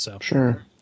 Sure